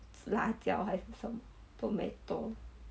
是辣椒还是 some tomato